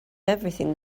everything